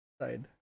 side